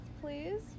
please